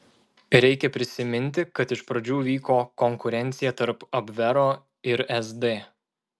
reikia prisiminti kad iš pradžių vyko konkurencija tarp abvero ir sd